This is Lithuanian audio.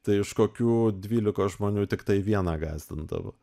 tai iš kokių dvylikos žmonių tiktai vieną gąsdindavo